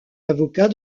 avocat